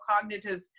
cognitive